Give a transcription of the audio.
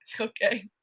Okay